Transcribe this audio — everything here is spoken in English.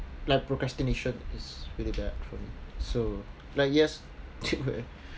like procrastination is really bad for me so like yes